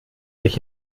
sich